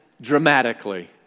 dramatically